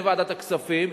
לוועדת הכספים,